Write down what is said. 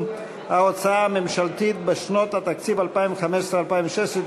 ההוצאה הממשלתית בשנות התקציב 2015 ו-2016),